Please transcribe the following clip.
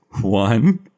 one